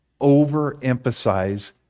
overemphasize